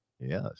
yes